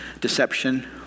deception